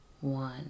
one